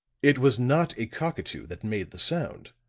it was not a cockatoo that made the sound,